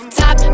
top